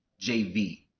JV